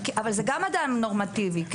זה גם אדם נורמטיבי.